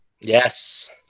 Yes